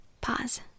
pause